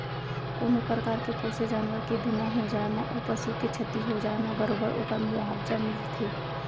कोनों परकार के पोसे जानवर के बीमा हो जाए म ओ पसु के छति हो जाए म बरोबर ओकर मुवावजा मिलथे